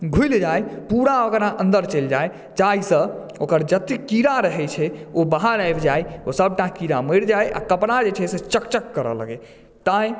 घुलि जाय पूरा ओकरा अन्दर चैल जाय जाहिसऽ ओकर जते कीड़ा रहै छै ओ बाहर आबि जाय ओ सबटा कीड़ा मरि जाय आ कपड़ा जे छै चकचक करय लागै ताहि